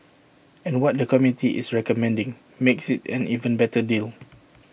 and what the committee is recommending makes IT an even better deal